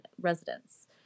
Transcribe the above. residents